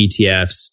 ETFs